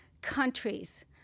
countries